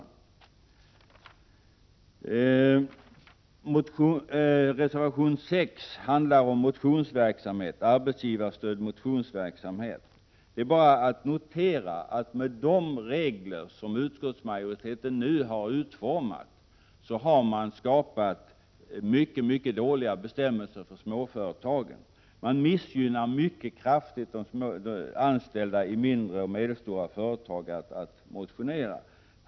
Reservation 6 handlar om arbetsgivarstödd motionsverksamhet. Det är bara att notera att med de regler som utskottsmajoriteten nu har utformat har man skapat mycket dåliga bestämmelser för småföretagen. Man missgynnar mycket kraftigt de anställda i mindre och medelstora företag när det gäller möjligheterna att motionera.